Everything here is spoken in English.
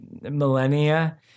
millennia